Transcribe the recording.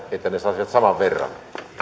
että he saisivat saman verran